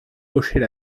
hochait